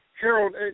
Harold